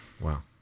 Wow